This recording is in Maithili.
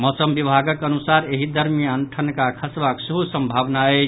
मौसम विभागक अनुसार एहि दरमियान ठनका खसबाक सेहो संभावना अछि